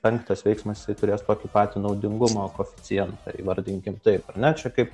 penktas veiksmas jisai turės tokį patį naudingumo koeficientą įvardinkim taip ar ne čia kaip